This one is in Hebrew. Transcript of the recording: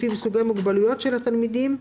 לפי סוגי מוגבלויות של תלמידים,